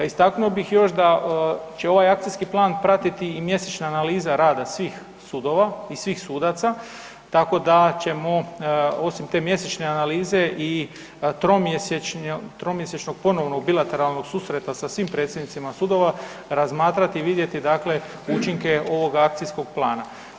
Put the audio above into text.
A istaknuo bih još da će ovaj akcijski plan pratiti i mjesečne analize rada svih sudova i svih sudaca, tako da ćemo osim te mjesečne analize i tromjesečnog ponovnog bilateralnog susreta sa svim predsjednicima sudova razmatrati i vidjeti dakle učinke ovog akcijskog plana.